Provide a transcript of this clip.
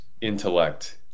intellect